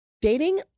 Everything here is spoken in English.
Dating